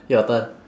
your turn